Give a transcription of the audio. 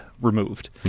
removed